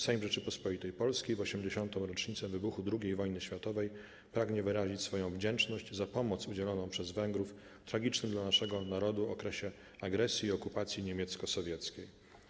Sejm Rzeczypospolitej Polskiej w 80. rocznicę wybuchu II wojny światowej pragnie wyrazić swoją wdzięczność za pomoc udzieloną przez Węgrów w tragicznym dla naszego narodu okresie agresji i okupacji niemiecko-sowieckiej.